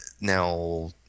Now